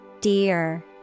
Dear